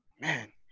Man